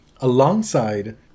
alongside